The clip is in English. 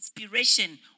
Inspiration